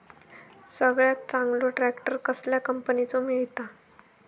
सगळ्यात चांगलो ट्रॅक्टर कसल्या कंपनीचो मिळता?